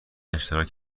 اشتراک